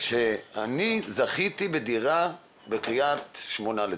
כשאני זכיתי בדירה בקרית שמונה לדוגמה,